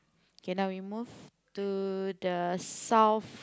kay now you move to the south